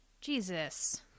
Jesus